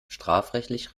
strafrechtlich